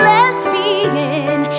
Lesbian